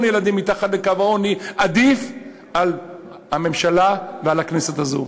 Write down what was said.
ילדים מתחת לקו העוני עדיפים על הממשלה ועל הכנסת הזאת.